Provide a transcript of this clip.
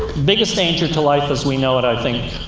biggest danger to life as we know it, i think,